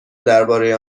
درباره